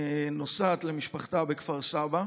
ונוסעת למשפחתה בכפר סבא,